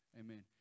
Amen